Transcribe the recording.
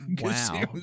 Wow